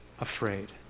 afraid